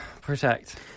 protect